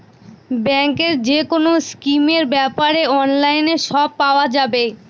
ব্যাঙ্কের যেকোনো স্কিমের ব্যাপারে অনলাইনে সব পাওয়া যাবে